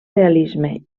realisme